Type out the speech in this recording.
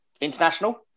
International